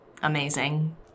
amazing